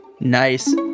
Nice